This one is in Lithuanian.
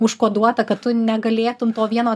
užkoduota kad tu negalėtum to vieno